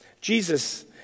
Jesus